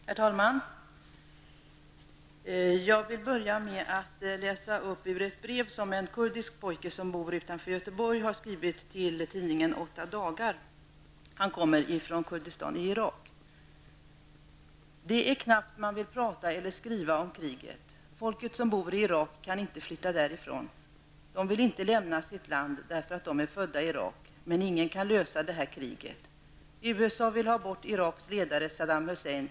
Herr talman! Jag vill börja med att läsa ur ett brev som en kurdisk pojke, som bor utanför Göteborg och kommer från Kurdistan i Irak, har skrivit till tidningen 8 SIDOR: ''Det är knappt man vill prata eller skriva om kriget. Folket som bor i Irak kan inte flytta därifrån. De vill inte lämna sitt land, därför att de är födda i Irak. Men ingen kan lösa det här kriget. USA vill ta bort Iraks ledare Saddam Hussein.